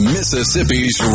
Mississippi's